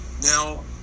Now